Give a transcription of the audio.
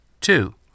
Two